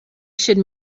should